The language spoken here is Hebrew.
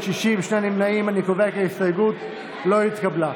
הציונות הדתית לפני סעיף 1 לא נתקבלה.